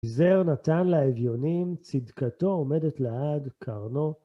זר נתן לה אביונים, צדקתו עומדת לעד, קרנו.